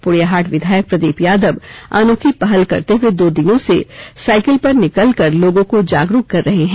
पोड़ैयाहाट विधायक प्रदीप यादव अनोखी पहल करते हुए दो दिनों से साइकिल पर निकल कर लोगों को जागरूक कर रहे हैं